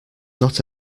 not